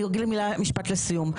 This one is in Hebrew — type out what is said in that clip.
אני אומר משפט לסיום.